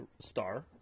star